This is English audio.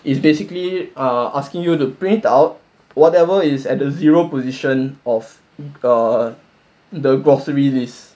is basically err asking you to print out whatever is at the zero position of the grocery list